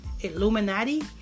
Illuminati